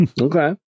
Okay